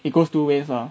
it goes two ways lah